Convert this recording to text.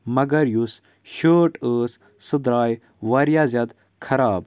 مگر یُس شٲٹ ٲس سۄ درٛاے واریاہ زیادٕ خراب